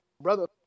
Brother